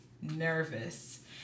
nervous